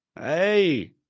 Hey